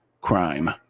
crime